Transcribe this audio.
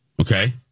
Okay